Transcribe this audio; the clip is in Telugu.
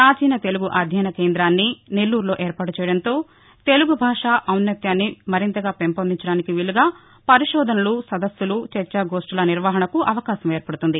ప్రాచీన తెలుగు అధ్యయన కేంద్రాన్ని నెల్లూరులో ఏర్పాటు చేయడంతో తెలుగు భాష ఔన్నత్యాన్ని మరింతగా పెంపొందించడానికి వీలుగా పరిశోధనలు సదస్సులు చర్చా గోష్టల నిర్వహణకు అవకాశం ఏర్పడుతుంది